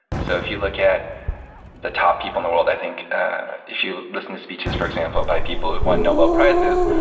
so, if you look at the top people in the world, i think if you listen to speeches for example by people who've won nobel prizes,